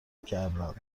کردندمن